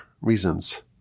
reasons